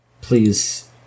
Please